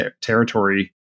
territory